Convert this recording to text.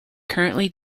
currently